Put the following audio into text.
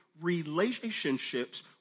relationships